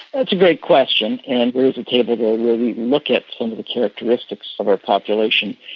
that's a great question, and there is a table there where we look at some of the characteristics of our population.